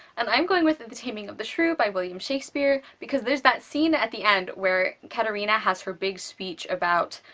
and i am going with the the taming of the shrew by william shakespeare, because there's that scene at the end where katherina has her big speech about,